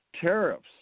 tariffs